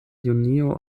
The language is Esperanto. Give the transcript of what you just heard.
junio